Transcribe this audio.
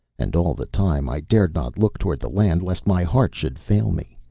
and all the time i dared not look towards the land lest my heart should fail me.